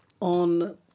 on